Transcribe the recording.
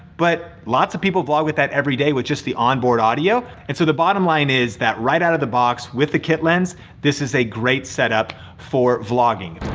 but lots of people vlog with that every day with just the onboard audio. and so the bottom line is that right outta the box with the kit lens this is a great setup for vlogging.